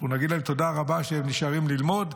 נגיד להם תודה רבה שהם נשארים ללמוד,